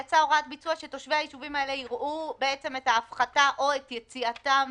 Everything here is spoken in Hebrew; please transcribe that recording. יצאה הוראת ביצוע שתושבי היישובים האלה יראו את ההפחתה או את יציאתם